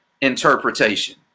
interpretation